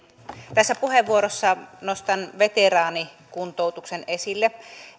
tässä puheenvuorossa nostan veteraanikuntoutuksen esille